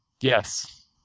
Yes